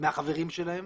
מהחברים שלהם,